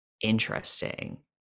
interesting